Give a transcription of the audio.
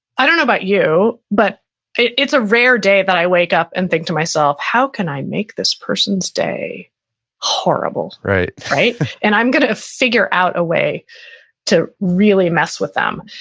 i don't know about you, but it's a rare day that i wake up and think to myself, how can i make this person's day horrible? right? and i'm going to figure out a way to really mess with them.